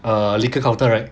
a liquor counter right